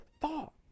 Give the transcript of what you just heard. thought